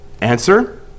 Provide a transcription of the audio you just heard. Answer